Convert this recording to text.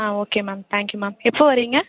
ah okay ma'am thank you ma'am எப்போ வரிங்க